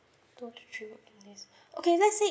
two to three days okay let's say